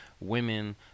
women